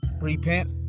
Repent